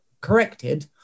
corrected